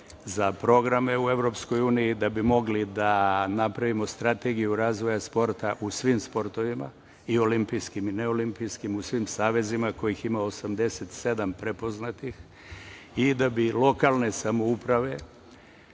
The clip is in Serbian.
u Evropskoj uniji, da bi mogli da napravimo strategiju razvoja sporta u svim sportovima i olimpijskim i ne olimpijskim i u svim savezima, kojih ima 87 prepoznatih, i da bi lokalne samouprave,